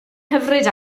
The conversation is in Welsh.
hyfryd